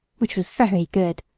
which was very good,